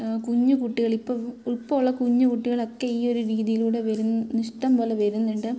കുഞ്ഞ് കുട്ടികൾ ഇപ്പം ഇപ്പമുള്ള കുഞ്ഞ് കുട്ടികളൊക്കെ ഈ ഒരു രീതിയിലൂടെ വരും ഇഷ്ടംപോലെ വരുന്നുണ്ട്